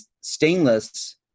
stainless